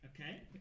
Okay